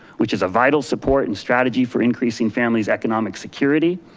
which is a vital support and strategy for increasing family's economic security,